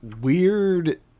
weird